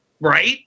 Right